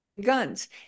guns